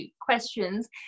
questions